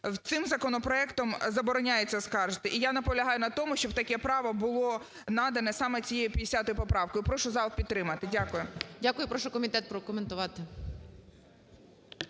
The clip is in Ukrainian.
цим законопроектом забороняється оскаржувати. І я наполягаю на тому, щоб таке право було надане саме цією 50 поправкою. Прошу зал підтримати. Дякую. ГОЛОВУЮЧИЙ. Дякую. Прошу комітет прокоментувати.